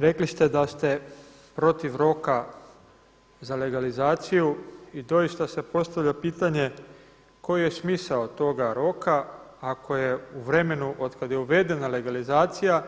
Rekli ste da ste protiv roka za legalizaciju i doista se postavlja pitanje koji je smisao toga roka ako je u vremenu otkada je uvedena legalizacija